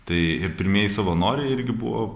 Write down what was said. tai ir pirmieji savanoriai irgi buvo